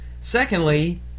Secondly